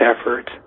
efforts